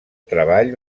treball